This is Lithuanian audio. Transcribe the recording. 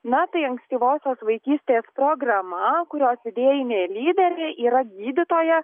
na tai ankstyvosios vaikystės programa kurios idėjinė lyderė yra gydytoja